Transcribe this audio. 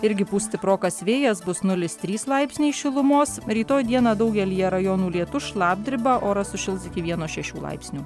irgi pūs stiprokas vėjas bus nulis trys laipsniai šilumos rytoj dieną daugelyje rajonų lietus šlapdriba oras sušils iki vieno šešių laipsnių